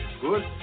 Good